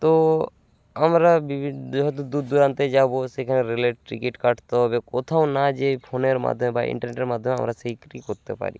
তো আমরা বি যেহেতু দূর দূরান্তে যাবো সেখানে রেলের টিকিট কাটতে হবে কোথাও না যেয়ে ফোনের মাধ্যমে বা ইন্টারনেটের মাধ্যমে আমরা সেই কি করতে পারি